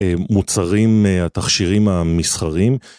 מוצרים, התכשירים המסחריים.